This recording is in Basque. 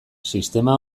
sistema